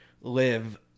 live